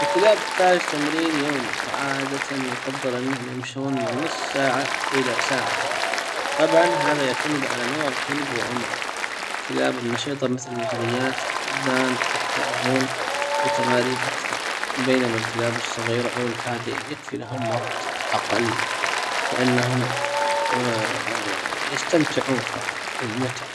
الكلاب تحتاج تمرين يومي وعادة يفضل انهم يمشون من نص ساعة الى ساعتين طبعًا هذا يعتمد على نوع الكلب وعمره. الكلاب النشيط النحليات يحتاجون لتمارين اكثر. بينما الكلاب الصغيرة او الهادئة يكفي لهم وقت لانهم آ يستمتعون فقط لالمتعة